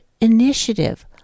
initiative